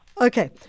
Okay